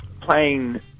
playing